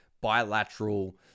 bilateral